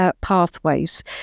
pathways